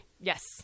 Yes